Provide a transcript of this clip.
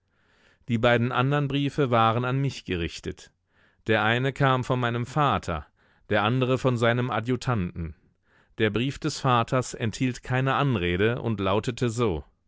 die beiden anderen briefe waren an mich gerichtet der eine kam von meinem vater der andere von seinem adjutanten der brief des vaters enthielt keine anrede und lautete so